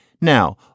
Now